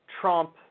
Trump